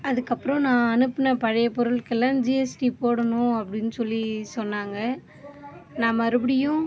அதுக்கப்புறம் நான் அனுப்பின பழையப் பொருட்கெல்லாம் ஜிஎஸ்டி போடணும் அப்படின்னு சொல்லி சொன்னாங்க நான் மறுபடியும்